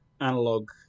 analog